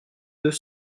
deux